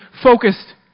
focused